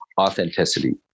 authenticity